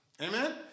Amen